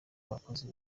abakozi